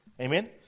Amen